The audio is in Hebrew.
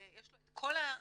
יש לו את כל האינטרס